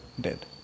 dead